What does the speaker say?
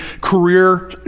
career